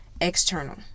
external